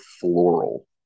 floral